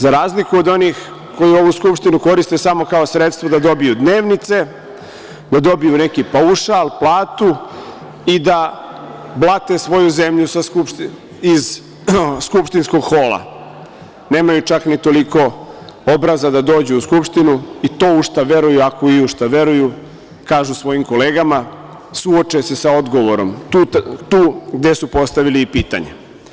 Za razliku od onih koji ovu skupštinu koriste samo kao sredstvo da dobiju dnevnice, da dobiju neki paušal, platu i da blate svoju zemlju iz skupštinskog hola, nemaju čak ni toliko obraza da dođu u Skupštinu i to u šta veruju, ako i u šta veruju, kažu svojim kolegama, suoče se sa odgovorom tu gde su i postavili pitanje.